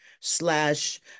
slash